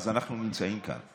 אז אנחנו נמצאים כאן.